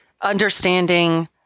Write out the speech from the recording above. understanding